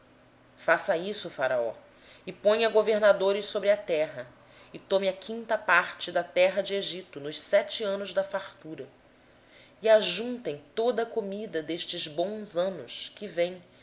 faça isto faraó nomeie administradores sobre a terra que tomem a quinta parte dos produtos da terra do egito nos sete anos de fartura e ajuntem eles todo o mantimento destes bons anos que vêm